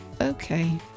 okay